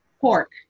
pork